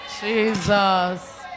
Jesus